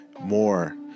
more